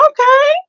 Okay